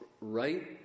right